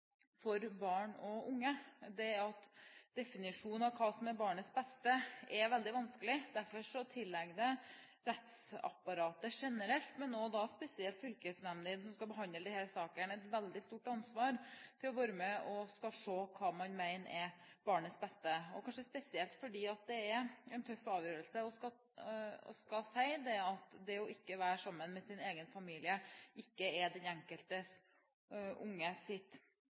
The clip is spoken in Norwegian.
for barn og unge – definisjonen av hva som er barnets beste, er veldig vanskelig. Derfor tilligger det rettsapparatet generelt, men spesielt fylkesnemdene som skal behandle disse sakene, et veldig stort ansvar: å være med og se på hva man mener er barnets beste – kanskje spesielt fordi det er en tøff avgjørelse å skulle si at det å være sammen med egen familie ikke er